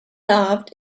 loved